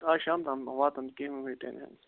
آز شام تام مہ واتَن کینٛہہ مہٕ ہیٚیِو ٹٮ۪نشَن